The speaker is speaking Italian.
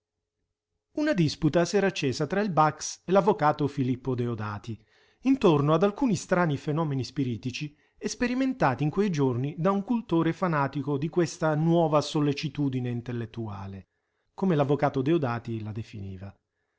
una disputa s'era accesa tra il bax e l'avvocato filippo deodati intorno ad alcuni strani fenomeni spiritici esperimentati in quei giorni da un cultore fanatico di questa nuova sollecitudine intellettuale come l'avvocato deodati la definiva